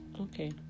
okay